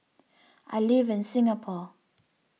I live in Singapore